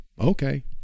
okay